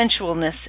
sensualness